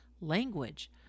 language